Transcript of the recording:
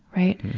right.